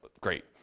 great